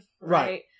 Right